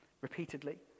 repeatedly